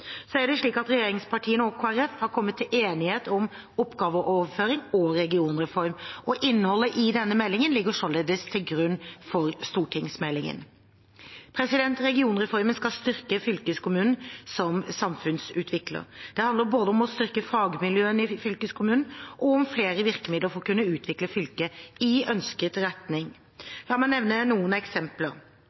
Så er det slik at regjeringspartiene og Kristelig Folkeparti har kommet til enighet om oppgaveoverføring og regionreform, og innholdet i denne enigheten ligger således til grunn for stortingsmeldingen. Regionreformen skal styrke fylkeskommunen som samfunnsutvikler. Det handler både om å styrke fagmiljøene i fylkeskommunen og om flere virkemidler for å kunne utvikle fylket i ønsket retning. La meg nevne noen eksempler: